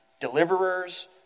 deliverers